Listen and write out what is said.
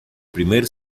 primer